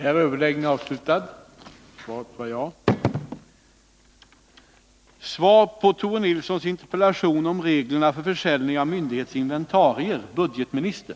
Jag vill fästa uppmärksamheten på att interpellationen rör reglerna för försäljning av myndighetsinventarier.